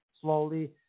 slowly